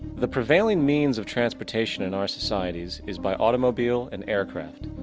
the prevailing means of transportation in our societies is by automobile and aircraft,